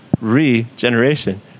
regeneration